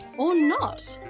or not?